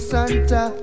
Santa